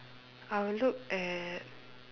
I will look at